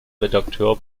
redakteur